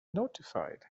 notified